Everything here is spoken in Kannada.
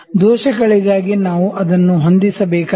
ದೋಷಗಳಿಗಾಗಿ ನಾವು ಅದನ್ನು ಹೊಂದಿಸಬೇಕಾಗಿದೆ